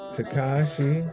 Takashi